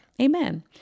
Amen